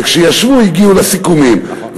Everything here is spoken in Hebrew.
וכשישבו הגיעו לסיכומים,